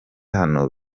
hano